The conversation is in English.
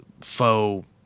faux